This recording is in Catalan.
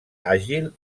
àgil